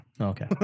Okay